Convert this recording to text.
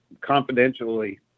confidentially